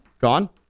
Gone